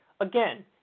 Again